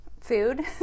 food